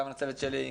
גם לצוות שלי,